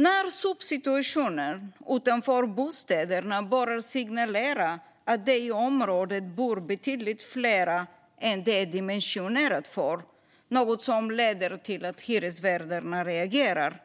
När sopsituationen utanför bostäderna börjar signalera att det i området bor betydligt fler än det är dimensionerat för, något som leder till att hyresvärdarna reagerar,